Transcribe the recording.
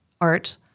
art